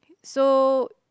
so